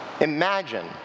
Imagine